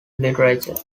literature